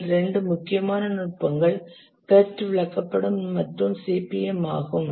அதில் இரண்டு முக்கியமான நுட்பங்கள் PERT விளக்கப்படம் மற்றும் CPM ஆகும்